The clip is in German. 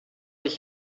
ich